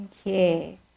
Okay